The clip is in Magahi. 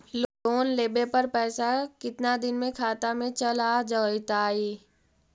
लोन लेब पर पैसा कितना दिन में खाता में चल आ जैताई?